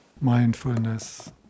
Mindfulness